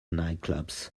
nightclubs